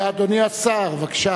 אדוני השר, בבקשה.